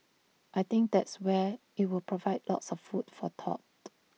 I think that's where IT will provide lots of food for thought